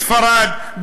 בספרד,